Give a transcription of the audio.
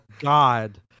God